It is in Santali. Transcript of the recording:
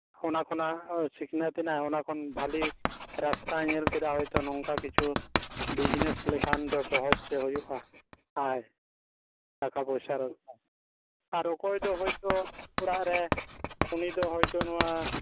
ᱚᱱᱟ ᱠᱷᱚᱱᱟᱜ ᱮᱭ ᱥᱤᱠᱷᱱᱟᱹᱛᱮᱱᱟᱭ ᱚᱱᱟ ᱠᱷᱚᱱ ᱵᱷᱟᱞᱤ ᱨᱟᱥᱛᱟᱭ ᱧᱮᱞ ᱠᱮᱫᱟ ᱦᱳᱭᱛᱳ ᱱᱚᱝᱠᱟ ᱠᱤᱪᱷᱩ ᱵᱤᱡᱱᱮᱥ ᱞᱮᱠᱷᱟᱱ ᱫᱚ ᱥᱚᱚᱦᱚᱡᱛᱮ ᱦᱩᱭᱩᱜᱼᱟ ᱟᱨ ᱴᱟᱠᱟ ᱯᱚᱭᱥᱟ ᱨᱚᱡᱽᱜᱟᱨ ᱟᱨ ᱚᱠᱚᱭ ᱫᱚ ᱦᱳᱭᱛᱳ ᱚᱲᱟᱜ ᱨᱮ ᱠᱟᱹᱢᱤ ᱫᱚ ᱦᱚᱭᱛᱳ ᱱᱚᱣᱟ